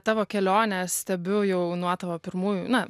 tavo kelionę stebiu jau nuo tavo pirmųjų na